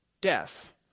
death